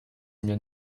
mir